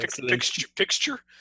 Picture